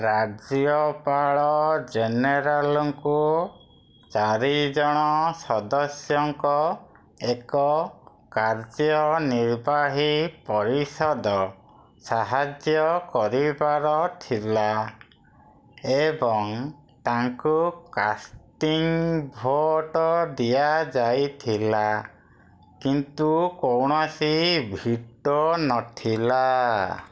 ରାଜ୍ୟପାଳ ଜେନେରାଲଙ୍କୁ ଚାରି ଜଣ ସଦସ୍ୟଙ୍କ ଏକ କାର୍ଯ୍ୟନିର୍ବାହୀ ପରିଷଦ ସାହାଯ୍ୟ କରିବାର ଥିଲା ଏବଂ ତାଙ୍କୁ କାଷ୍ଟିଂ ଭୋଟ୍ ଦିଆଯାଇଥିଲା କିନ୍ତୁ କୌଣସି ଭିଟୋ ନଥିଲା